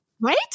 Right